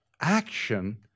action